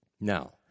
Now